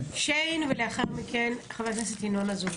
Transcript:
ולאחר מכן, חבר הכנסת, ינון אזולאי.